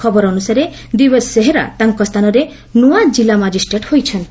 ଖବର ଅନୁସାରେ ଦିବେଶ୍ ସେହରା ତାଙ୍କ ସ୍ଥାନରେ ନୂଆ ଜିଲ୍ଲା ମାଜିଷ୍ଟ୍ରେଟ୍ ହୋଇଛନ୍ତି